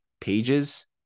pages